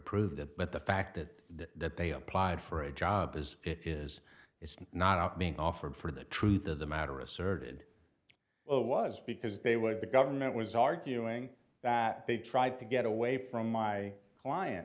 prove that but the fact that they applied for a job as it is is not being offered for the truth of the matter asserted it was because they would the government was arguing that they tried to get away from my client